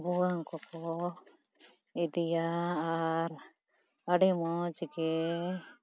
ᱵᱷᱩᱣᱟᱹᱝ ᱠᱚᱠᱚ ᱤᱫᱤᱭᱟ ᱟᱨ ᱟᱹᱰᱤ ᱢᱚᱡᱽ ᱜᱮ